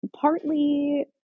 partly